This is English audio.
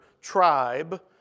tribe